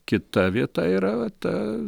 kita vieta yra ta